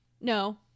No